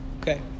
Okay